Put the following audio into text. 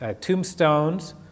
tombstones